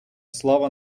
слава